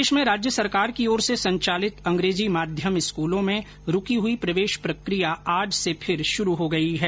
प्रदेश में राज्य सरकार की ओर से संचालित अंग्रेजी माध्यम स्कूलों में रूकी हुई प्रवेश प्रकिया आज से फिर शुरू हो गई है